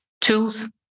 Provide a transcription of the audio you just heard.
tools